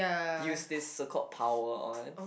use this so called power on